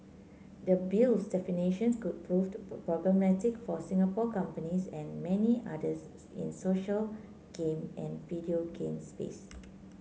the Bill's definitions could proved problematic for Singapore companies and many others in social game and video game space